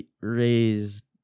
raised